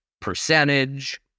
percentage